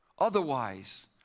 Otherwise